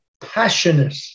passionate